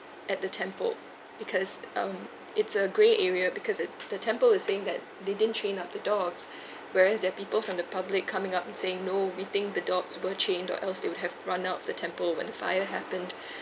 at the temple because um it's a grey area because it the temple is saying that they didn't chain up the dogs whereas there are people from the public coming up and saying no we think the dogs were chained or else they would have run out of the temple when the fire happened